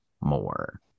more